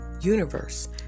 universe